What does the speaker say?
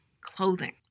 clothing